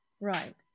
right